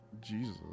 Jesus